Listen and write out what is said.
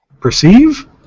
Perceive